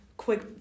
Quick